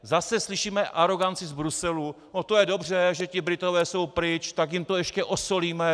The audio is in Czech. Zase slyšíme aroganci z Bruselu: To je dobře, že ti Britové jsou pryč, tak jim to ještě osolíme!